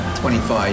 25